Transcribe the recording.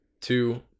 two